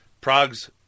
Prague's